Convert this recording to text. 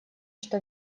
что